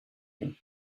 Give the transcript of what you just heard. you